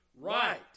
Right